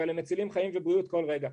אבל הם מצילים חיים ובריאות בכל רגע.